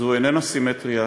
זו איננה סימטריה,